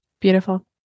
Beautiful